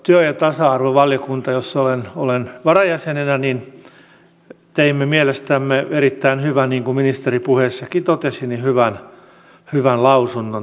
työ ja tasa arvovaliokunta jossa olen varajäsenenä teki mielestämme erittäin hyvän niin kuin ministeri puheessakin totesi lausunnon tästä